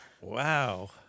Wow